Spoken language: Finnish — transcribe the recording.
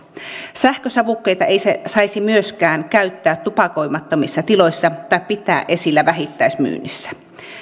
sähkösavukkeita ei saisi myöskään käyttää tupakoimattomissa tiloissa tai pitää esillä vähittäismyynnissä